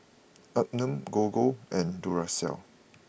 Anmum Gogo and Duracell